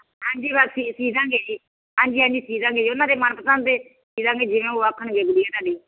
ਹਾਂਜੀ ਸੀਊਂ ਦੇਵਾਂਗੇ ਜੀ ਹਾਂਜੀ ਸੀਊਂ ਦੇਵਾਂਗੇ ਜੀ ਉਹਨਾਂ ਦੇ ਮਨ ਪਸੰਦ ਦੇ ਸੀਊਂ ਦੇਵਾਂਗੇ ਜਿਵੇਂ ਉਹ ਆਖਣਗੇ ਗੁੜੀਆ ਤੁਹਾਡੀ